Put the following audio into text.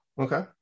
okay